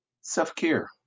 self-care